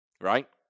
right